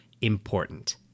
Important